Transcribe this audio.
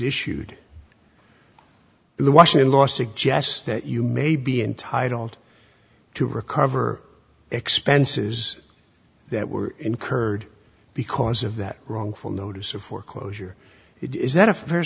issued the washington lost suggests that you may be entitled to recover expenses that were incurred because of that wrongful notice of foreclosure is that a fair